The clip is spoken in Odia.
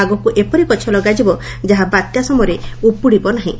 ଆଗକୁ ଏପରି ଗଛ ଲଗାଯିବ ଯାହା ବାତ୍ୟା ସମୟରେ ଉପୁଡ଼ିବ ନାହିଁ